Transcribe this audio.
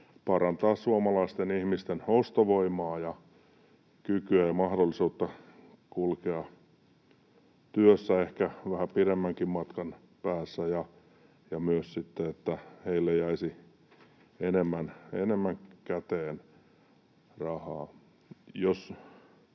parantaa suomalaisten ihmisten ostovoimaa ja kykyä ja mahdollisuutta kulkea työssä ehkä vähän pidemmänkin matkan päässä ja myös sitä, että heille jäisi enemmän käteen rahaa.